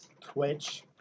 Twitch